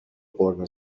قرمه